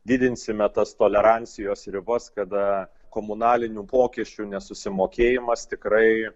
didinsime tas tolerancijos ribas kada komunalinių mokesčių nesusimokėjimas tikrai